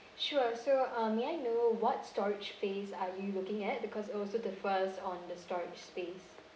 sure so um may I know what storage space are you looking at because uh also the first on the storage space